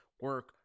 Work